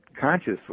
consciously